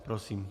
Prosím.